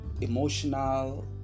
emotional